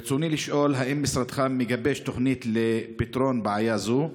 ברצוני לשאול: 1. האם משרדך מגבש תוכנית לפתרון בעיה זו?